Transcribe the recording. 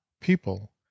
people